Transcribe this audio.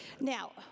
Now